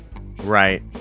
Right